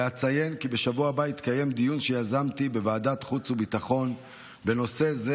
אציין כי בשבוע הבא יתקיים דיון שיזמתי בוועדת החוץ והביטחון בנושא זה,